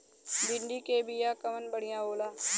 भिंडी के बिया कवन बढ़ियां होला?